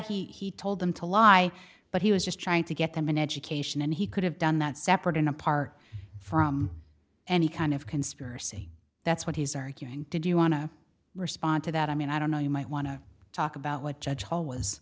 yeah he told them to lie but he was just trying to get them an education and he could have done that separate and apart from any kind of conspiracy that's what he's arguing did you want to respond to that i mean i don't know you might want to talk about what judge paul was